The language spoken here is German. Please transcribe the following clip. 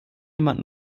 jemand